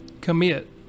Commit